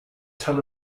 tel